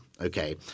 okay